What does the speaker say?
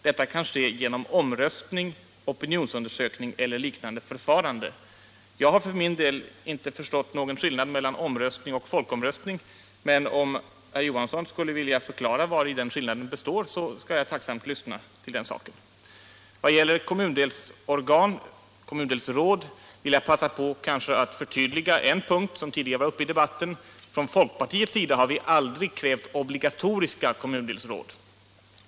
Detta kan ske genom omröstning, opinionsundersökning eller liknande förfarande.” Jag har för min del inte uppfattat att det skulle vara någon skillnad mellan omröstning och folkomröstning. Om herr Johansson i Trollhättan vill förklara vari den skillnaden består, så skall jag tacksamt lyssna till honom. Vad gäller kommundelsorgan eller kommundelsråd vill jag förtydliga en punkt som tidigare var uppe till debatt. Från folkpartiets sida har vi aldrig krävt obligatoriska kommundelsråd.